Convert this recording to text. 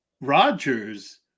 Rodgers